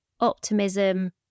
optimism